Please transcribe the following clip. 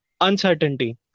uncertainty